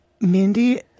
Mindy